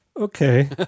okay